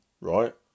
right